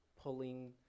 pulling